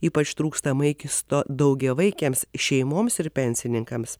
ypač trūksta maikisto daugiavaikėms šeimoms ir pensininkams